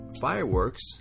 fireworks